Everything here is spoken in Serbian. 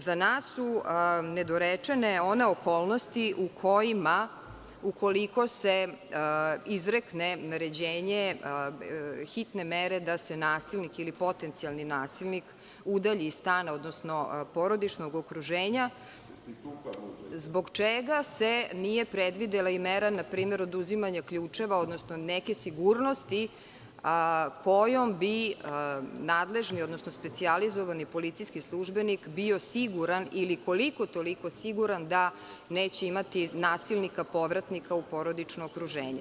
Za nas su nedorečene one okolnosti u kojima ukoliko se izrekne naređenje hitne mere da se nasilnik ili potencijalni nasilnik udalji iz stana, odnosno iz porodičnog okruženja, zbog čega se nije predvidela mera npr. oduzimanja ključeva, odnosno neke sigurnosti kojom bi nadležni, odnosno specijalizovani policijski službenik bio siguran ili koliko, toliko siguran da neće imati nasilnika povratnika u porodično okruženje?